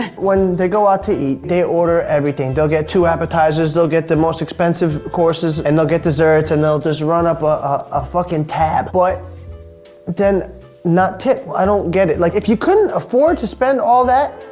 when they go out to eat, they order everything. they'll get two appetizers, they'll get the most expensive courses, and they'll get desserts, and they'll run up a fucking tab, but then not tip. i don't get it. like, if you couldn't afford to spend all that,